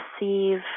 receive